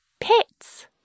Pets